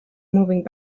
moving